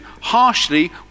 harshly